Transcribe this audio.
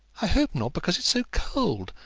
i hope not, because it's so cold.